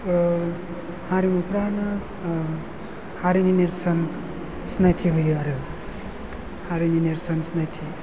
हारिमुफ्रानो हारिनि नेरसोन सिनायथि होयो आरो हारिनि नेरसोन सिनायथि